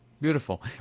Beautiful